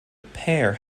pair